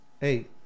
Hey